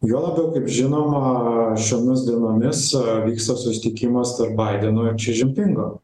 juo labiau kaip žinoma šiomis dienomis vyksta susitikimas tarp baideno ir či žin pingo